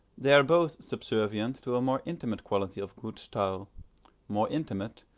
they are both subservient to a more intimate quality of good style more intimate,